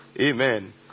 Amen